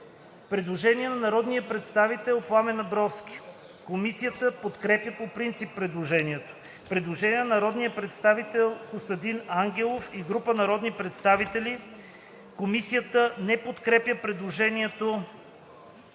Предложение на народния представител Пламен Абровски. Комисията подкрепя по принцип предложението. Предложение на народния представител Костадин Ангелов и група народни представители. Комисията не подкрепя предложението,